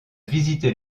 visiter